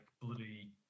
bloody